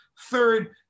third